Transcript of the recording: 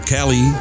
Kelly